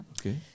Okay